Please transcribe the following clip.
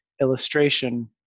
illustration